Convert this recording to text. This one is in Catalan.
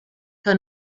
que